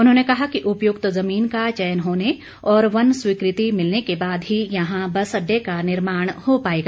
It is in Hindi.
उन्होंने कहा कि उपयुक्त जमीन का चयन होने और वन स्वीकृति मिलने के बाद ही यहां बस अडडे का निर्माण हो पाएगा